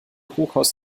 hochhaus